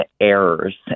errors